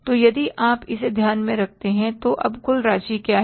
तो यदि आप इसे ध्यान में रखते हैं तो अब कुल राशि क्या है